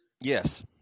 Yes